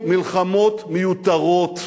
לא עשינו מלחמות מיותרות.